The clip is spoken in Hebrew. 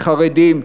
לחרדים,